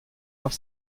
auf